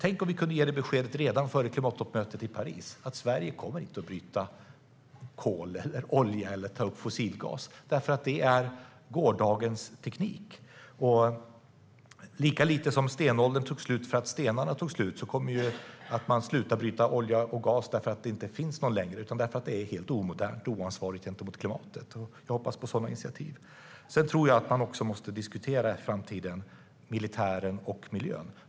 Tänk om vi kunde ge beskedet redan före klimattoppmötet i Paris att Sverige inte kommer att bryta kol, borra efter olja eller ta upp fossilgas, därför att det är gårdagens teknik. Lika lite som stenåldern tog slut för att stenarna tog slut kommer man att sluta att utvinna olja och gas för att det inte längre finns olja och gas, utan man kommer att sluta för att det är helt omodernt och oansvarigt gentemot klimatet. Jag hoppas på sådana initiativ. Sedan tror jag att man i framtiden måste diskutera militären och miljön.